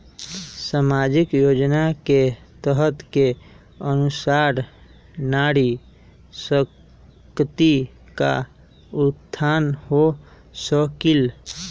सामाजिक योजना के तहत के अनुशार नारी शकति का उत्थान हो सकील?